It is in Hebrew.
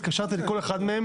התקשרתי לכל אחד מהם,